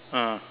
ah